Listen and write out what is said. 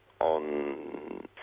on